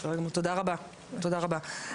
תודה רבה,